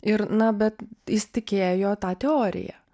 ir na bet jis tikėjo ta teorija